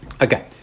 okay